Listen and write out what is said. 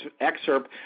excerpt